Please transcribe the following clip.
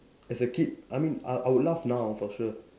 as a kid I mean I I would laugh now for sure